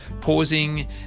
pausing